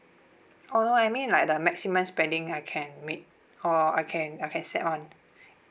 oh no I mean like the maximum spending I can make or I can I can set [one]